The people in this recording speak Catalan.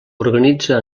organitza